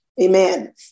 Amen